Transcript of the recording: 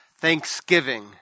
Thanksgiving